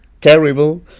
terrible